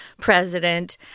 president